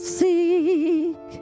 seek